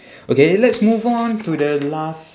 okay let's move on to the last